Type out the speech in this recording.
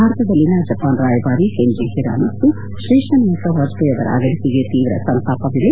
ಭಾರತದಲ್ಲಿನ ಜಪಾನ್ ರಾಯಭಾರಿ Kenji Hiramatsu ಶ್ರೇಷ್ಠ ನಾಯಕ ವಾಜಪೇಯಿ ಅವರ ಅಗಲಿಕೆಗೆ ತೀವ್ರ ಸಂತಾಪವಿದೆ